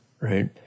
right